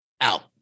out